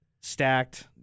stacked